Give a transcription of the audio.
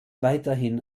weiterhin